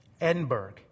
Edinburgh